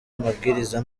amabwiriza